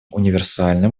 универсальным